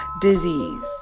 disease